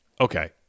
Okay